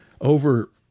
Over